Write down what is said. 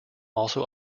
also